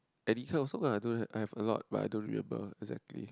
any kind of song lah I don't have I have a lot but I don't remember exactly